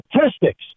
statistics